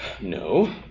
no